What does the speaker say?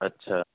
اچھا